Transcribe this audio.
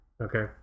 okay